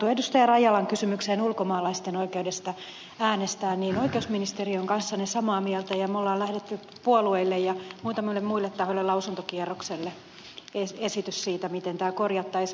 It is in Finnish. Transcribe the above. rajalan kysymykseen ulkomaalaisten oikeudesta äänestää että oikeusministeriö on kanssanne samaa mieltä ja me olemme lähettäneet puolueille ja muutamille muille tahoille lausuntokierrokselle esityksen siitä miten tämä korjattaisiin